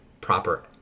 proper